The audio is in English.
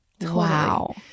wow